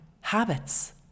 habits